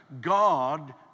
God